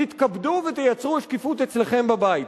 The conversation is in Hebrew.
תתכבדו ותייצרו שקיפות אצלכם בבית.